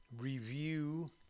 review